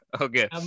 Okay